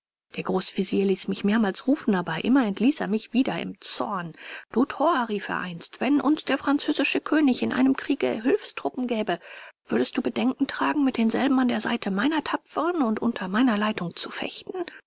der großvezier ließ mich mehrmals rufen aber immer entließ er mich wieder im zorn du thor rief er einst wenn uns der französische könig in einem kriege hülfstruppen gäbe würdest du bedenken tragen mit denselben an der seite meiner tapfern und unter meiner leitung zu fechten